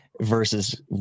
versus